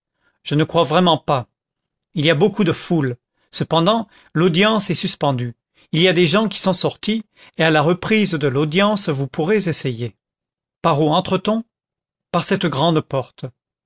je ne crois vraiment pas il y a beaucoup de foule cependant l'audience est suspendue il y a des gens qui sont sortis et à la reprise de l'audience vous pourrez essayer par où entre t on par cette grande porte